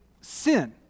sin